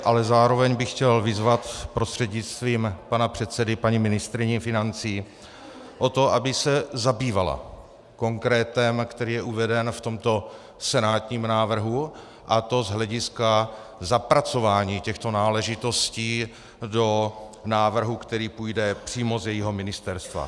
Ale zároveň bych chtěl vyzvat prostřednictvím pana předsedy paní ministryni financí, aby se zabývala konkrétem, které je uvedeno v tomto senátním návrhu, a to z hlediska zapracování těchto náležitostí do návrhu, který půjde přímo z jejího ministerstva.